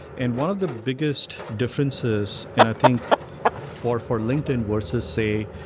and one of the biggest differences, and i think for for linkedin versus, say,